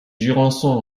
jurançon